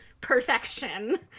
perfection